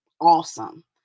awesome